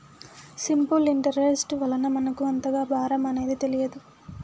simple interest వలన మనకు అంతగా భారం అనేది తెలియదు